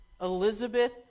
Elizabeth